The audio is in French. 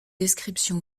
description